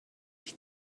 mich